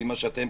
לפי מה שפרסמתם,